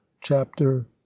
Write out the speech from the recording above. chapter